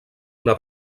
una